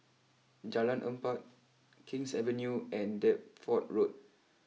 Jalan Empat Kings Avenue and Deptford Road